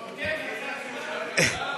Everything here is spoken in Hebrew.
קצר.